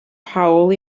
hawl